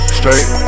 straight